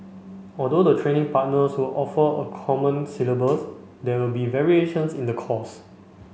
although the training partners will offer a common syllabus there will be variations in the course